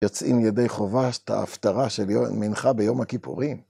יצאים ידי חובה, יש את ההפטרה של מנחה ביום הכיפורים.